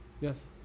Yes